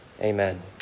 amen